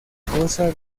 goza